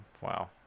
Wow